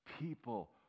People